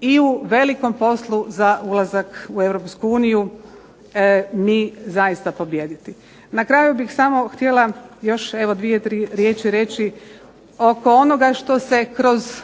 i u velikom poslu za ulazak u Europsku uniju mi zaista pobijediti. Na kraju bih samo htjela još evo dvije, tri riječi reći oko onoga što se kroz